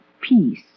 peace